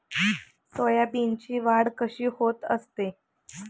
सोयाबीनची वाढ कशी होत असते?